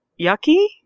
yucky